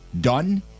done